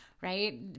right